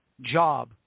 job